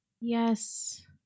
Yes